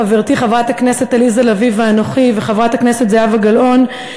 חברתי חברת הכנסת עליזה לביא ואנוכי וחברת הכנסת זהבה גלאון,